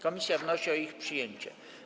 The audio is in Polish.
Komisja wnosi o ich przyjęcie.